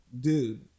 dude